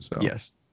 Yes